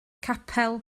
capel